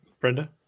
Brenda